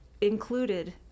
included